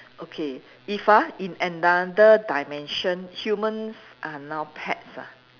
okay if ah in another dimension humans are now pets ah